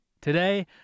Today